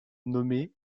nommé